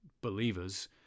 believers